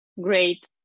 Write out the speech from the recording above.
great